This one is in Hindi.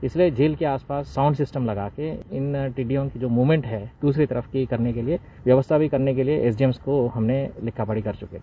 इसलिए झील के आस पास साउंड सिस्टम लगा के इन टिड्डयों की जो मूवमेंट है दूसरे तरफ पे करने के लिए व्यवस्था भी करने के लिए हम लिखा पढ़ी कर चुके हैं